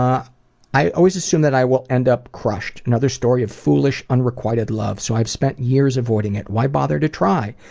ah i always assume that i will end up crushed, another story of foolish unrequited love, so i've spent years avoiding it. why bother to try?